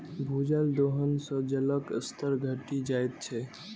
भूजल दोहन सं जलक स्तर घटि जाइत छै